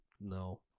No